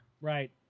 Right